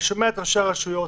אני שומע את ראשי הרשויות,